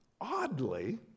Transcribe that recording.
Oddly